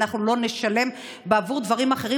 אנחנו לא נשלם בעבור דברים אחרים,